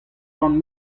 gant